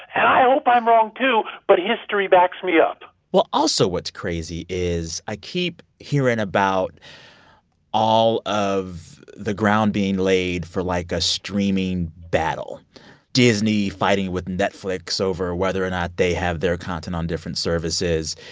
and i hope i'm wrong too. but history backs me up well, also, what's crazy is i keep hearing about all of the ground being laid for, like, a streaming battle disney fighting with netflix over whether or not they have their content on different services,